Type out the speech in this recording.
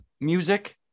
music